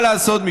מה לעשות,